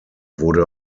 wurde